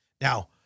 Now